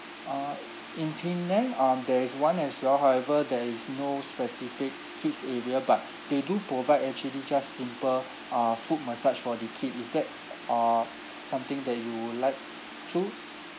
uh in penang um there is one as well however there is no specific kids' area but they do provide actually just simple uh foot massage for the kid is that uh something that you would like too